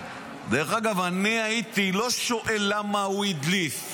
דרך אגב, אני לא הייתי שואל: למה הוא הדליף?